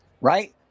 right